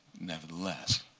nevertheless,